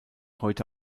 heute